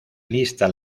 lista